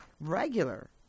regular